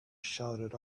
shouted